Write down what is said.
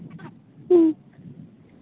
ᱦᱮᱸ